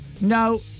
No